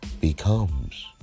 becomes